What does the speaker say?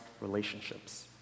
relationships